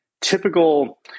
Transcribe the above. typical